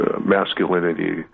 masculinity